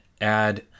add